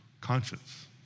conscience